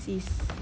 sis